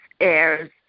airs